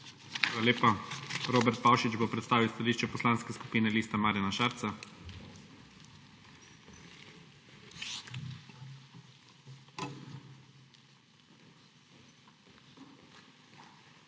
Hvala lepa. Robert Pavšič bo predstavil stališče Poslanske skupine Liste Marjana Šarca. **ROBERT